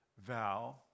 vow